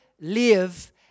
live